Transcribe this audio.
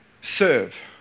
serve